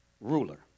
ruler